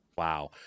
Wow